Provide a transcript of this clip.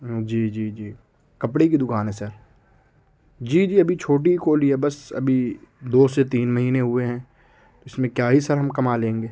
جی جی جی کپڑے کی دکان ہے سر جی جی ابھی چھوٹی ہی کھولی ہے بس ابھی دو سے تین مہینے ہوئے ہیں اس میں کیا ہی سر ہم کما لیں گے